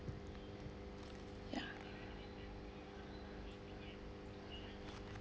ya